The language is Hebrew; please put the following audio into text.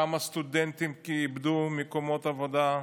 כמה סטודנטים איבדו מקום עבודה.